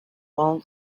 while